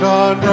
on